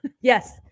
yes